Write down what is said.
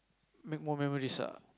make more memories ah